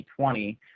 2020